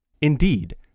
Indeed